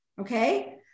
okay